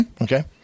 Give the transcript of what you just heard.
Okay